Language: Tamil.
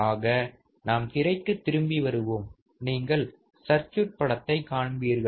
ஆக நாம் திரைக்கு திரும்பி வருவோம் நீங்கள் சர்க்குட் படத்தை காண்பீர்கள்